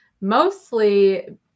Mostly